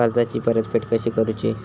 कर्जाची परतफेड कशी करुची?